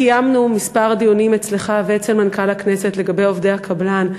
קיימנו כמה דיונים אצלך ואצל מנכ"ל הכנסת לגבי עובדי הקבלן.